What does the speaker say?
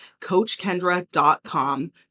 coachkendra.com